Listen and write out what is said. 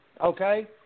Okay